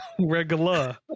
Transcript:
Regular